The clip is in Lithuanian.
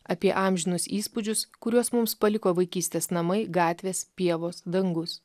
apie amžinus įspūdžius kuriuos mums paliko vaikystės namai gatvės pievos dangus